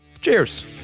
Cheers